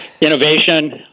innovation